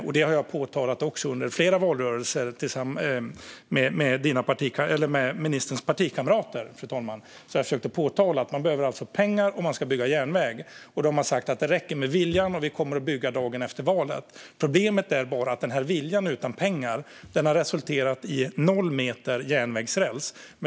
Detta har jag också påpekat, fru talman, under flera valrörelser med ministerns partikamrater. Jag har försökt att påpeka att man behöver pengar om man ska bygga järnväg. Men de har då sagt att det räcker med viljan och att man kommer att bygga dagen efter valet. Problemet är bara att denna vilja utan pengar har resulterat i noll meter järnvägsräls.